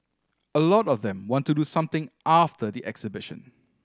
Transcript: a lot of them want to do something after the exhibition